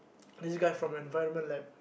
this guy from environment lab